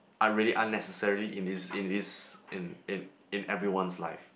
are really unnecessary in this in this in in in everyone's life